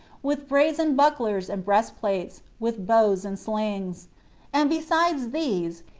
with brazen bucklers and breastplates, with bows and slings and besides these,